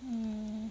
mm